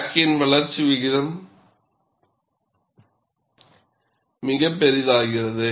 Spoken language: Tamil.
கிராக்க்கின் வளர்ச்சி விகிதம் மிகப் பெரிதாகிறது